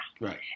Right